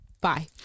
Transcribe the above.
Bye